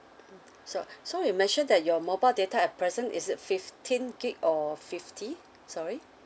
mmhmm so so you mentioned that your mobile data at present is it fifteen gig or fifty sorry